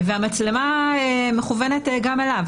והמצלמה מכוונת גם אליו.